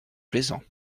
plaisant